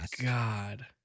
god